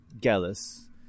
gallus